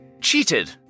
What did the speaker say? cheated